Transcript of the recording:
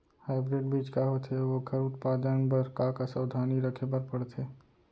Hybrid बीज का होथे अऊ ओखर उत्पादन बर का का सावधानी रखे बर परथे?